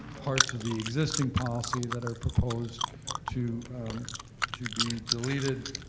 parts of the existing policy that are proposed to to be deleted.